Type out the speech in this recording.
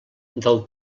del